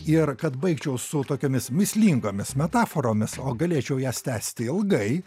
ir kad baigčiau su tokiomis mįslingomis metaforomis o galėčiau jas tęsti ilgai